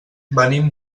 venim